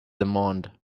demand